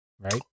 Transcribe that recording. right